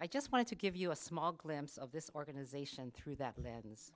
i just wanted to give you a small glimpse of this organization through that lens